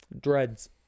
Dreads